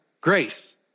grace